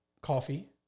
coffee